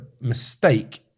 mistake